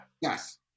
Yes